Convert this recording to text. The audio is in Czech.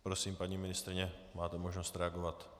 Prosím, paní ministryně, máte možnost reagovat.